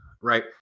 right